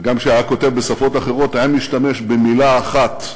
וגם כשהיה כותב בשפות אחרות, היה משתמש במילה אחת,